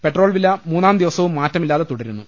petrol വില മൂന്നാം ദിവസവും മാറ്റമില്ലാതെ തുടരുന്നു